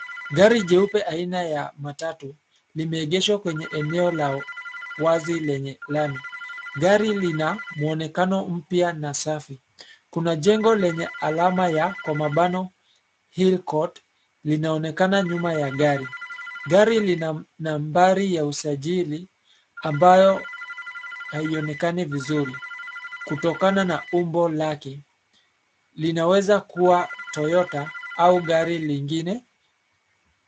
Gari jeupe aina ya matatu, limeegeshwa kwenye eneo la wazi lenye lami. Gari lina mwonekano mpya na safi. Kuna jengo lenye alama ya kwa mabano Hill Court linaonekana nyuma ya gari. Gari lina nambari ya usajili, ambayo haionekani vizuri. Kutokana na umbo lake, linaweza kuwa Toyota au gari lingine.